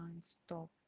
stop